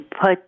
put